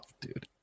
dude